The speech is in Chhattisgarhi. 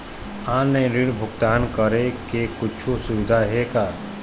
ऑनलाइन ऋण भुगतान करे के कुछू सुविधा हे का?